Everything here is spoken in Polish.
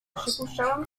przypuszczałam